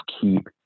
keep